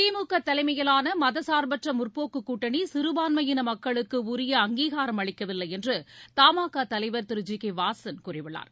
திமுக தலைமையிலான மதசார்பற்ற முற்போக்கு கூட்டணி சிறபான்மையின மக்களுக்கு உரிய அங்கீகாரம் அளிக்கவில்லை என்று த மா கா தலைவர் திரு ஜி கே வாசன் கூறியுள்ளார்